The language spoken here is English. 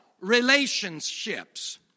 relationships